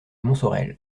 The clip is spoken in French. montsorel